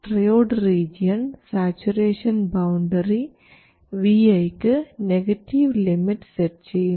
triode region saturation boundary vi ക്ക് negative limit set ചെയ്യുന്നു